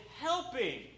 helping